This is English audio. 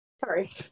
Sorry